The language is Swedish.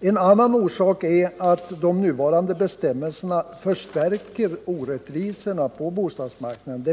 En annan orsak är att de nuvarande bestämmelserna förstärker orättvisorna på bostadsmarknaden